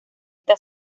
esta